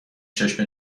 چشم